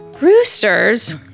roosters